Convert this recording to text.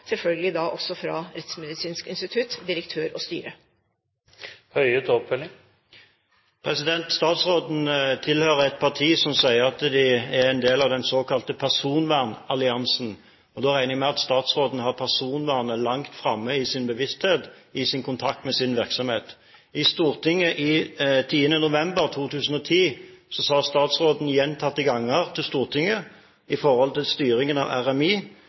også fra Rettsmedisinsk institutt, direktør og styre. Statsråden tilhører et parti som sier at de er en del av den såkalte personvernalliansen. Da regner jeg med at statsråden har personvernet langt framme i sin bevissthet når hun har kontakt med sin virksomhet. I Stortinget i 10. november 2010 sa statsråden gjentatte ganger